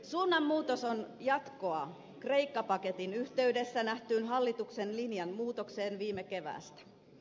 suunnanmuutos on jatkoa kreikka paketin yhteydessä nähtyyn hallituksen linjan muutokseen viime keväästä